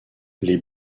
les